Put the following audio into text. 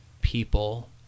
people